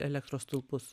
elektros stulpus